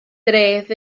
dref